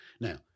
Now